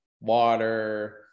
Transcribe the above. water